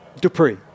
Dupree